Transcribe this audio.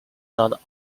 not